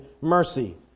mercy